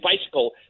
bicycle